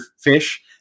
fish